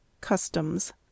Customs